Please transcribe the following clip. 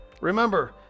Remember